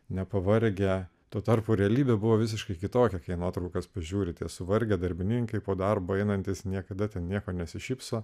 nepavargę tuo tarpu realybė buvo visiškai kitokia kai nuotraukas pažiūrite suvargę darbininkai po darbo einantys niekada ten nieko nesišypso